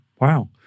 wow